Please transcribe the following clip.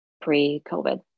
pre-COVID